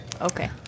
Okay